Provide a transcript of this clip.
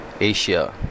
Asia